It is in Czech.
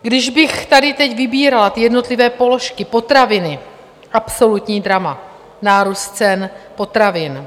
Když bych tady teď vybírala ty jednotlivé položky, potraviny absolutní drama, nárůst cen potravin.